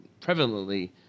prevalently